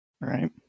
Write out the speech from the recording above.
Right